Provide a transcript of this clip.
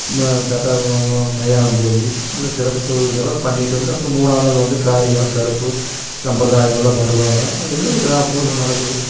மா கரெக்டாக மயானம் போய் அந்த சிறப்பு இதெல்லாம் பண்ணிவிட்டு வந்து அப்புறம் மூணா நாள் வந்து காரியம் கருப்பு சம்பிராதயமெல்லாம் பண்டுவாங்க அது இன்னுமும் கிராமப்புறத்தில் இன்னும் நடக்குது